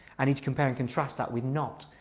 i need to compare and contrast that with not.